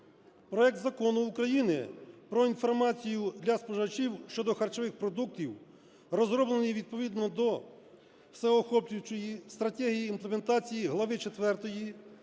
Проект Закону України про інформацію для споживачів щодо харчових продуктів розроблений відповідно до всеохоплюючої стратегії імплементації Глави IV